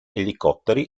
elicotteri